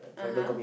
(uh huh)